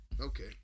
okay